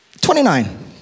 twenty-nine